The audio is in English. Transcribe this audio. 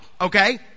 okay